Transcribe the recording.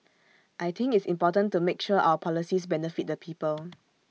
I think it's important to make sure our policies benefit the people